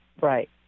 Right